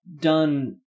done